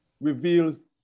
reveals